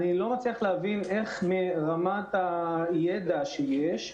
אני לא מצליח להבין מרמת הידע שיש,